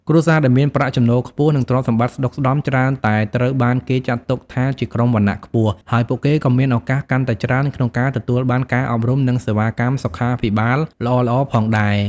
គ្រួសារដែលមានប្រាក់ចំណូលខ្ពស់ និងទ្រព្យសម្បត្តិស្តុកស្តម្ភច្រើនតែត្រូវបានគេចាត់ទុកថាជាក្រុមវណ្ណៈខ្ពស់ ហើយពួកគេក៏មានឱកាសកាន់តែច្រើនក្នុងការទទួលបានការអប់រំនិងសេវាកម្មសុខាភិបាលល្អៗផងដែរ។